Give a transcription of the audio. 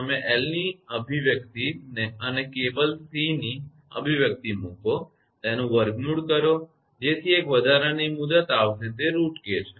તમે L ની અભિવ્યક્તિ અને કેબલની C ની અભિવ્યક્તિ મૂકો અને તેનું વર્ગમૂળ કરો જેથી એક વધારાની મુદત આવશે જે √𝑘 છે